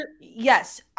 Yes